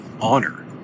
honor